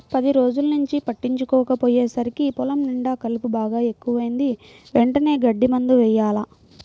పది రోజుల్నుంచి పట్టించుకోకపొయ్యేసరికి పొలం నిండా కలుపు బాగా ఎక్కువైంది, వెంటనే గడ్డి మందు యెయ్యాల